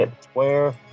square